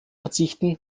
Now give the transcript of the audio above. verzichten